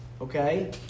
Okay